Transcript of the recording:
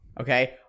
okay